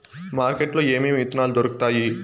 market లో ఏమేమి విత్తనాలు దొరుకుతాయి